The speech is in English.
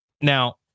Now